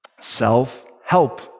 self-help